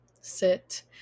sit